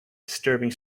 disturbing